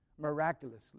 miraculously